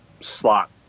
slot